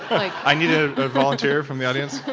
i need a volunteer from the audience.